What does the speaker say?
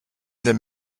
then